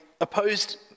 opposed